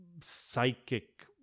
psychic